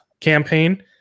campaign